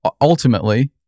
Ultimately